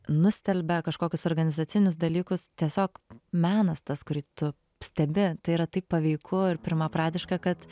nustelbia kažkokius organizacinius dalykus tiesiog menas tas kurį tu stebi tai yra taip paveiku ir pirmapradiška kad